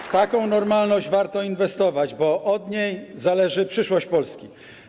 W taką normalność warto inwestować, bo od niej zależy przyszłość Polski.